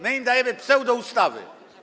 My im dajemy pseudoustawy.